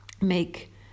make